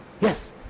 yes